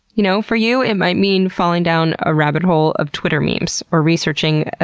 you know for you, it might mean falling down a rabbit hole of twitter memes. or researching,